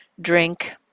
drink